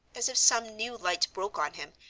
as if some new light broke on him,